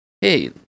hey